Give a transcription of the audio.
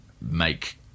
make